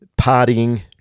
partying